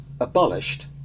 abolished